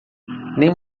nem